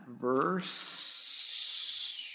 verse